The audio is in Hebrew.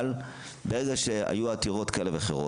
אבל ברגע שהיו עתירות כאלה ואחרות,